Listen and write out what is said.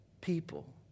people